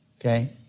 Okay